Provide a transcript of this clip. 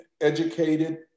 educated